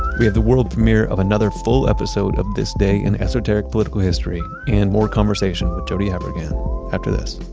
we have the world premiere of another full episode of this day in esoteric political history and more conversation with jody avirgan after this